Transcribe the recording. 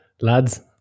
Lads